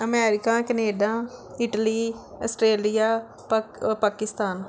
America Canada Italy Australia pak Pakistan